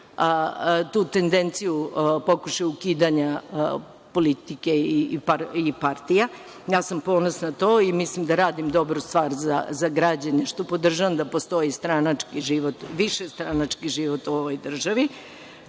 tu tendenciju pokušaja ukidanja politike i partija. Ja sam ponosna na to i mislim da radim dobru stvar za građane što podržavam da postoji stranački život, višestranački